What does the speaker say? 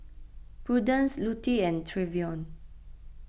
Prudence Lutie and Trevion